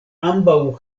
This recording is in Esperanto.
ambaŭ